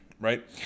right